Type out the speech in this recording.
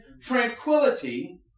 Tranquility